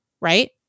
right